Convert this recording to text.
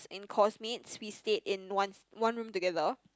and course mates we stayed in one one room together